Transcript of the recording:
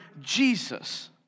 Jesus